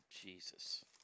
Jesus